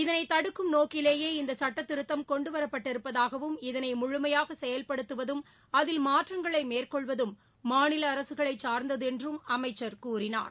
இதனை தடுக்கும் நோக்கிலேயே இந்த சுட்டத்திருத்தம் கொண்டுவரப்பட்டிருப்பதாகவும் இதனை முழுமையாக செயல்படுத்துவதம் அதில் மாற்றங்களை மேற்கொள்வதும் மாநில அரசுகளை சார்ந்தது என்றும் அமைச்சர் கூறினார்